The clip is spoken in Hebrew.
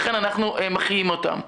לכן אנחנו מחיים אותם.